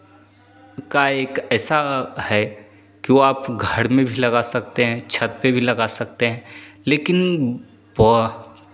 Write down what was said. का एक ऐसा है कि वो आप घर में भी लगा सकते हैं छत पे भी लगा सकते हैं लेकिन